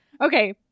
Okay